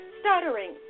stuttering